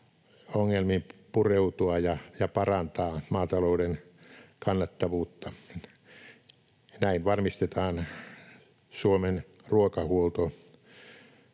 ongelmiin pureutua ja parantaa maatalouden kannattavuutta. Näin varmistetaan Suomen ruokahuolto,